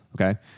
Okay